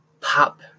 pop